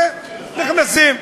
עורכי-הדין.